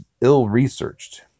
ill-researched